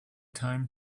time